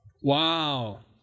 Wow